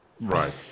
right